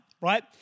right